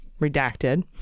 redacted